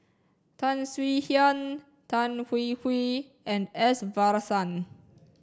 Tan Swie Hian Tan Hwee Hwee and S Varathan